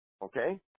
Okay